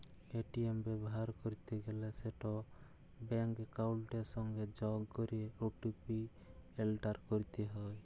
ATM ব্যাভার ক্যরতে গ্যালে সেট ব্যাংক একাউলটের সংগে যগ ক্যরে ও.টি.পি এলটার ক্যরতে হ্যয়